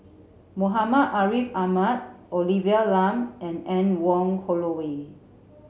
Muhammad Ariff Ahmad Olivia Lum and Anne Wong Holloway